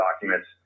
documents